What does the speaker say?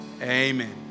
Amen